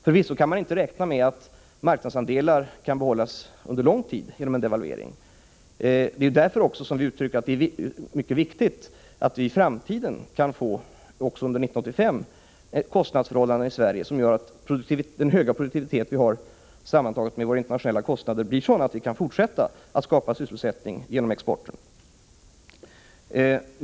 Förvisso kan man inte räkna med att marknadsandelar kan behållas under lång tid genom en devalvering. Därför säger vi också att det är mycket viktigt att även i framtiden upprätthålla ett kostnadsförhållande som gör att vi, sammantaget med den höga produktivitet vi har, kan fortsätta att skapa sysselsättning genom exporten.